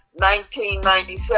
1997